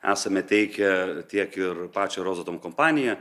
esame teikę tiek ir pačią rosatom kompaniją